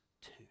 two